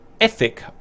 ethic